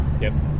Yes